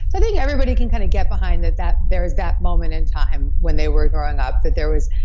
i think everybody can kind of get behind that that there's that moment in time when they were growing up that there was,